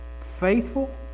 Faithful